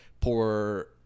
poor